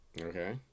Okay